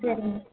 சரிங்க